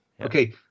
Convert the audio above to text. Okay